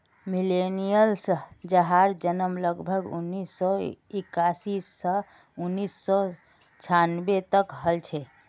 millennials जहार जन्म लगभग उन्नीस सौ इक्यासी स उन्नीस सौ छानबे तक हल छे